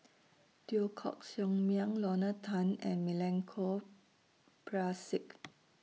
Teo Koh Sock Miang Lorna Tan and Milenko Prvacki